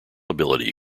ability